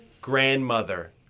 Grandmother